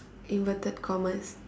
inverted commas